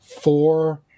four